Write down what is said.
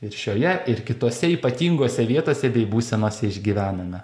ir šioje ir kitose ypatingose vietose bei būsenos išgyvename